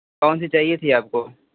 कौन सी चाहिए थी आपको